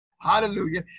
Hallelujah